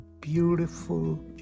beautiful